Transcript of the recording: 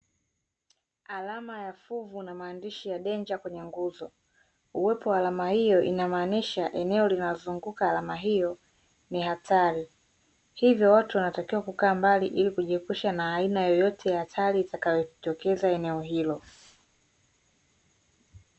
Alama ya fuvu na maandishi ya (DANGER) kwenye nguzo. Uwepo wa alama hiyo inamaanisha eneo linalozunguka alama hiyo ni hatari. Hivyo watu wanatakiwa kukaa mbali ili kujiepusha na aina yoyote ya hatari itakayojitokeza eneo hilo.